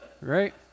Right